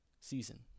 season